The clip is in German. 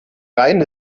rhein